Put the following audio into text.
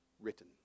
written